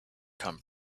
come